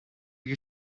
you